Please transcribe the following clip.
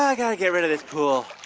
um got to get rid of this pool